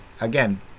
Again